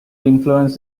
influence